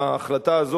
וההחלטה הזאת,